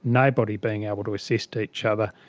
nobody being able to assist each other.